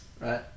right